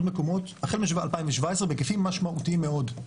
מקומות החל משנת 2017 בהיקפים משמעותיים מאוד,